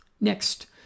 next